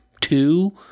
two